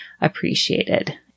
appreciated